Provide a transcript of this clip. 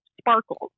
sparkles